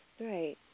Right